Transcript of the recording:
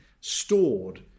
stored